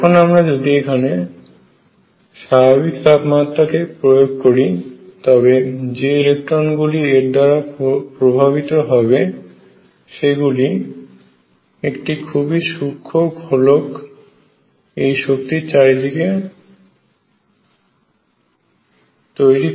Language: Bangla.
এখন আমরা যদি এখানে গৃহের স্বাভাবিক তাপমাত্রা কে প্রয়োগ করি তবে যে ইলেকট্রনগুলি এর দ্বারা প্রভাবিত হবে সেগুলি একটি খুবই সূক্ষ্ম খোলক এই শক্তির চারিদিকে তৈরি করবে